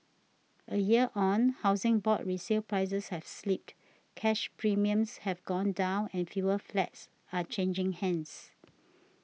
a year on Housing Board resale prices have slipped cash premiums have gone down and fewer flats are changing hands